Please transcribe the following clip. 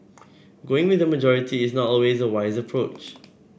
going with the majority is not always a wise approach